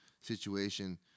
situation